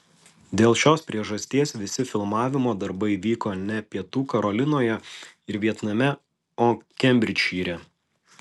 dėl šios priežasties visi filmavimo darbai vyko ne pietų karolinoje ir vietname o kembridžšyre